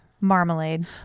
marmalade